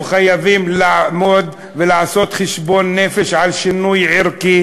אנחנו חייבים לעשות חשבון נפש על שינוי ערכי,